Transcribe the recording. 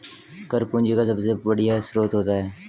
कर पूंजी का सबसे बढ़िया स्रोत होता है